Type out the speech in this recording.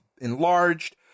enlarged